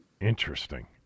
Interesting